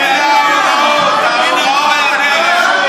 הינה ההוראות.